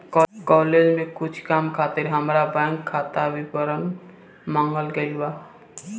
college में कुछ काम खातिर हामार बैंक खाता के विवरण मांगल गइल बा